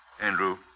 Andrew